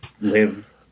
live